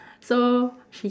so she